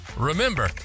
Remember